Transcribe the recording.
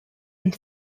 and